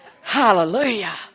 Hallelujah